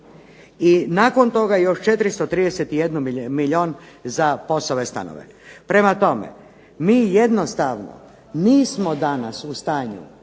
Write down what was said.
I nakon toga još 431 milijun za POS-ove stanove. Prema tome, mi jednostavno danas nismo u stanju